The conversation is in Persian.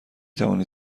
توانید